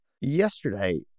yesterday